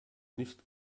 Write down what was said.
nicht